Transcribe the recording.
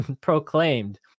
proclaimed